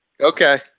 Okay